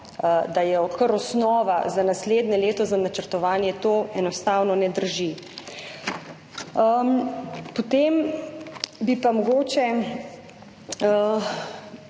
poraba kar osnova za naslednje leto za načrtovanje – to enostavno ne drži. Potem bi pa mogoče